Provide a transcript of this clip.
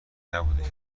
نبوده